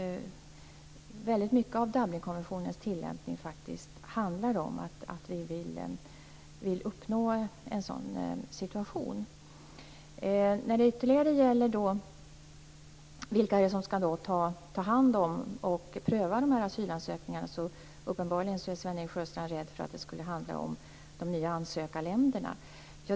Väldigt mycket av Dublinkonventionens tillämpning handlar faktiskt om att vi vill uppnå en sådan situation. När det gäller vilka som ska ta hand om och pröva de här asylansökningarna är Sven-Erik Sjöstrand uppenbarligen rädd för att det ska bli de nya ansökarländerna.